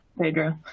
Pedro